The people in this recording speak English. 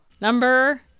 Number